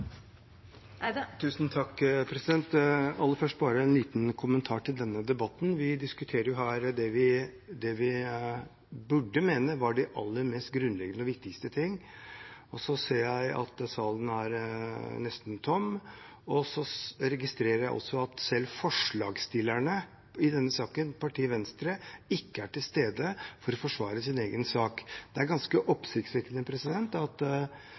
Aller først bare en liten kommentar til denne debatten. Vi diskuterer her det vi burde mene var de aller mest grunnleggende og viktigste ting, og så ser jeg at salen er nesten tom. Jeg registrerer også at selv forslagsstillerne i denne saken, partiet Venstre, ikke er til stede for å forsvare sin egen sak. Det er ganske oppsiktsvekkende at